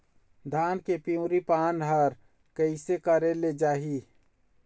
धान के पिवरी पान हर कइसे करेले जाही?